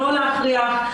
לא להכריח,